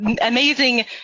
amazing